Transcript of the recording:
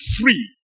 free